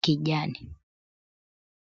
kijani.